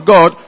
God